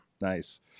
nice